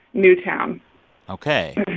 newtown ok.